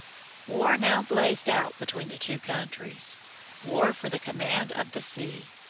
war now blazed out between the two countries war for the command of the sea.